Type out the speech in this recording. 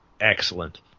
Excellent